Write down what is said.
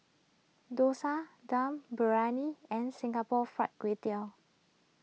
Dosa Dum Briyani and Singapore Fried Kway Tiao